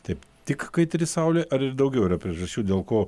taip tik kaitri saulė ar ir daugiau yra priežasčių dėl ko